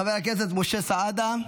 חבר הכנסת משה סעדה,